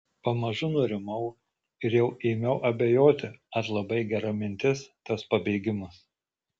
pamažu nurimau ir jau ėmiau abejoti ar labai gera mintis tas pabėgimas